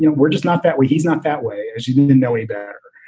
you know we're just not that way. he's not that way, as he didn't didn't know any better.